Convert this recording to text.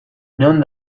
non